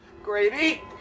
Grady